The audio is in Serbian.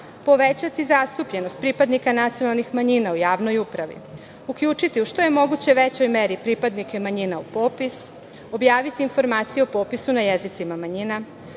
povećati zastupljenost pripadnika nacionalnih manjina u javnoj upravi, uključiti u što je moguće većoj meri pripadnike manjina u popis, objaviti informacije o popisu na jezicima manjina,